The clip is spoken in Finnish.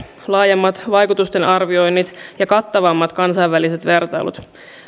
laajemmat vaikutusten arvioinnit ja kattavammat kansainväliset vertailut